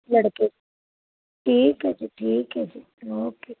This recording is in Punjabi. ਲੜਕੇ ਠੀਕ ਹੈ ਜੀ ਠੀਕ ਹੈ ਜੀ ਓਕੇ